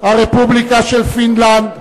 הרפובליקה של פינלנד,